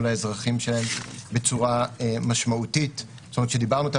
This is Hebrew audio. לאזרחים שלהם בצורה משמעותית כשדיברנו איתם,